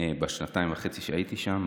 בשנתיים וחצי שהייתי שם.